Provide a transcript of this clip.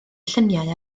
lluniau